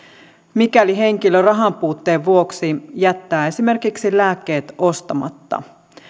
mikäli henkilö rahan puutteen vuoksi jättää esimerkiksi lääkkeet ostamatta